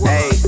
Hey